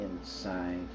inside